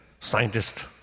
scientist